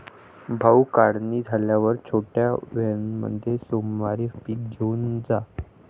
भाऊ, काढणी झाल्यावर छोट्या व्हॅनमध्ये सोमवारी पीक घेऊन जा